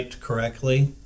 correctly